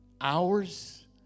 hours